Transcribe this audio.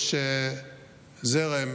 יש זרם